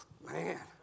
Man